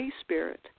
spirit